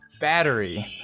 Battery